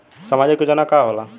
सामाजिक योजना का होला?